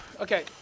Okay